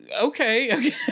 okay